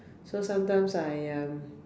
so sometimes I um